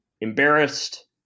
embarrassed